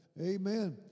Amen